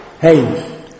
hey